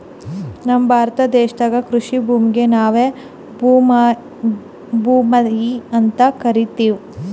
ನಮ್ ಭಾರತ ದೇಶದಾಗ್ ಕೃಷಿ ಭೂಮಿಗ್ ನಾವ್ ಭೂಮ್ತಾಯಿ ಅಂತಾ ಕರಿತಿವ್